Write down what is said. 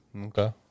Okay